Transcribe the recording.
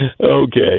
Okay